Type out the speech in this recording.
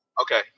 Okay